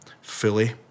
fully